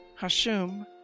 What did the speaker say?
Hashum